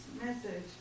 message